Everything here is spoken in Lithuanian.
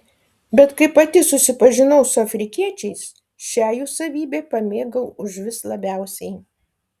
bet kai pati susipažinau su afrikiečiais šią jų savybę pamėgau užvis labiausiai